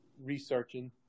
researching